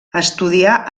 estudià